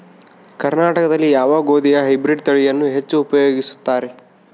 ಕರ್ನಾಟಕದಲ್ಲಿ ಯಾವ ಗೋಧಿಯ ಹೈಬ್ರಿಡ್ ತಳಿಯನ್ನು ಹೆಚ್ಚು ಉಪಯೋಗಿಸುತ್ತಾರೆ?